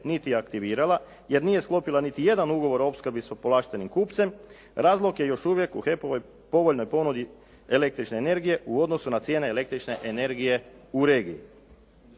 ni aktivirala jer nije sklopila niti jedan ugovor o opskrbi sa povlaštenim kupcem. Razlog je još uvijek u HEP-ovoj povoljnoj ponudi električne energije u odnosu na cijene električne energije u regiji.